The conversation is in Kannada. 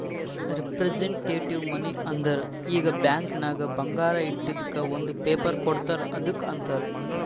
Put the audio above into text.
ರಿಪ್ರಸಂಟೆಟಿವ್ ಮನಿ ಅಂದುರ್ ಈಗ ಬ್ಯಾಂಕ್ ನಾಗ್ ಬಂಗಾರ ಇಟ್ಟಿದುಕ್ ಒಂದ್ ಪೇಪರ್ ಕೋಡ್ತಾರ್ ಅದ್ದುಕ್ ಅಂತಾರ್